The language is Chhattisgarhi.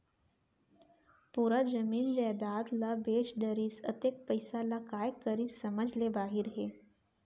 पूरा जमीन जयजाद ल बेच डरिस, अतेक पइसा ल काय करिस समझ ले बाहिर हे